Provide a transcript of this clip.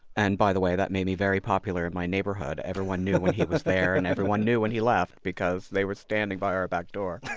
and by the way, that made me very popular at my neighborhood. everyone knew when he was there, and everyone knew when he left, because they were standing by our back door.